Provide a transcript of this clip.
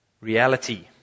reality